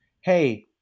Hey